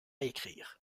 écrire